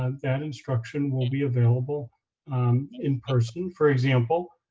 um that instruction will be available in person. for example,